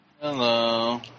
Hello